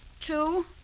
two